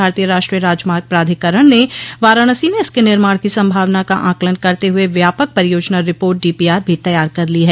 भारतीय राष्ट्रीय राजमार्ग प्राधिकरण ने वाराणसी में इसके निर्माण की संभावना का आंकलन करते हुए व्यापक परियोजना रिपोर्ट डीपीआर भी तैयार कर ली है